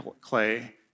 clay